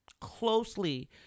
closely